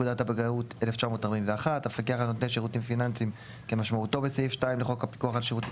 נותני שירותים פיננסיים" כמשמעותו בסעיף 2 לחוק הפיקוח על שירותים